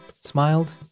smiled